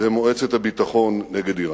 במועצת הביטחון נגד אירן.